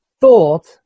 thought